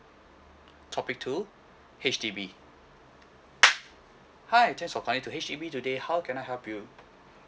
topic two H_D_B hi thanks for calling to H_D_B today how can I help you